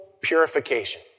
purification